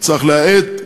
צריך להאט,